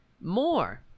more